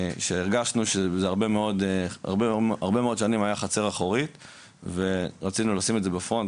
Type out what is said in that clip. שהרגשנו שהרבה מאוד שנים היה חצר אחורית ורצינו לשים את זה בפרונט,